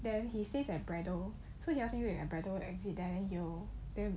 then he stays at braddell so he ask me wait at braddell exit there he will then